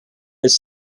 was